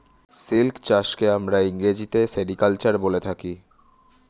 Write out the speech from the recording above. silk চাষকে আমরা ইংরেজিতে সেরিকালচার বলে থাকি